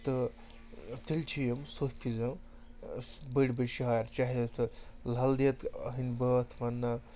تہٕ تیٚلہِ چھِ یِم صوٗفِزٕم بٔڑۍ بٔڑۍ شعر چاہے سُہ لل دٮ۪د ہٕنٛدۍ بٲتھ وَنٛنا